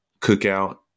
cookout